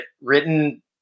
written